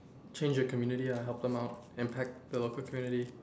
change your community lah help them out and impact the local community